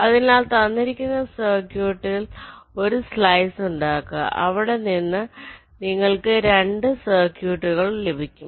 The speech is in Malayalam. അതിനാൽ തന്നിരിക്കുന്ന സര്കയൂട്ടിൽ ഒരു സ്ലൈസ് ഉണ്ടാക്കുക അവിടെ നിന്ന് നിങ്ങൾക്ക് 2 സർക്യൂട്ടുകൾ ലഭിക്കും